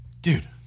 Dude